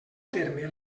terme